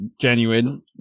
genuine